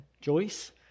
Joyce